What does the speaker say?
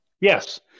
Yes